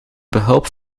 behulp